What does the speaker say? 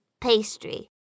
pastry